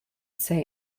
say